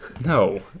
No